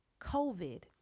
COVID